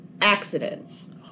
accidents